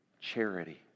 charity